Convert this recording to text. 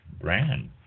Brand